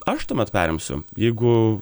aš tuomet perimsiu jeigu